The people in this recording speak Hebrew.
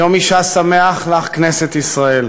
יום האישה שמח לך, כנסת ישראל.